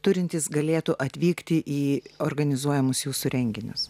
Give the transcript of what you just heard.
turintys galėtų atvykti į organizuojamus jūsų renginius